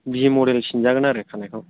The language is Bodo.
बि मदेल सिन्जागोन आरो खानायखौ